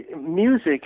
music